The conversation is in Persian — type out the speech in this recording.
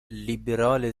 لیبرال